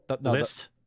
list